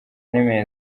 nimeza